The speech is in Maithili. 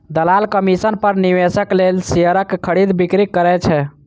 दलाल कमीशन पर निवेशक लेल शेयरक खरीद, बिक्री करै छै